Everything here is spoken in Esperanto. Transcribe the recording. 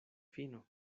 fino